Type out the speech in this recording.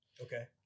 Okay